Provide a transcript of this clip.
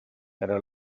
era